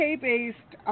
UK-based